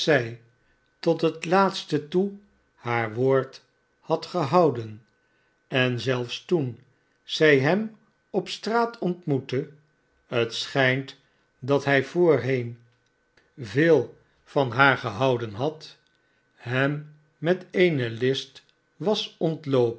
tot het laatste toe haar woord had gehouden en zelfs toeji zij hem op straat ontmoette het schijnt dat hij voorheen veem van haar gehouden had hem met eene list was ontloopen